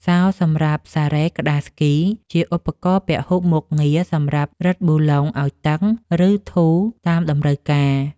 សោសម្រាប់សារ៉េក្ដារស្គី ជាឧបករណ៍ពហុមុខងារសម្រាប់រឹតប៊ូឡុងឱ្យតឹង ឬធូរតាមតម្រូវការ។